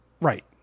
Right